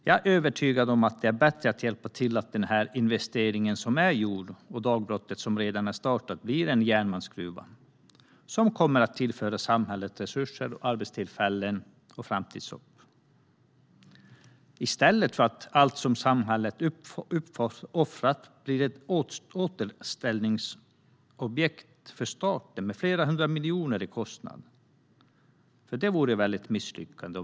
Jag är övertygad om att det är bättre att hjälpa till så att den redan gjorda investeringen och det redan påbörjade dagbrottet blir en järnmalmsgruva. Den kan tillföra samhället resurser, arbetstillfällen och framtidshopp, i stället för att allt som samhället har uppoffrat blir ett återställningsobjekt för staten med flera hundra miljoner i kostnad. Det vore ett misslyckande.